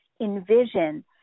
envision